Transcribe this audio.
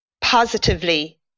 positively